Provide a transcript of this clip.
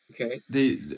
Okay